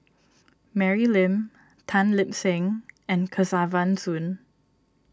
Mary Lim Tan Lip Seng and Kesavan Soon